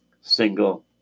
single